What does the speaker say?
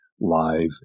live